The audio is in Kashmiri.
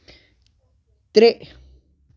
ترٛےٚ